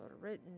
written